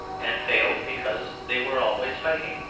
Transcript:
and failed because they were always fighting.